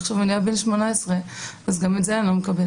ועכשיו הוא נהיה בן 18 אז גם את זה אני לא מקבלת.